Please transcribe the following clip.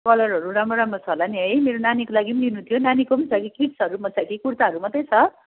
कलरहरू राम्रो राम्रो छ होला नि है मेरो नानीको लागि लिनु थियो नानीको पनि छ कि किड्सहरूमा छ कि कुर्ताहरू मात्रै छ